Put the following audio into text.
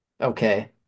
okay